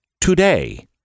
today